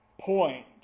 point